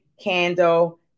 candle